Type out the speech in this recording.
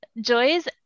joys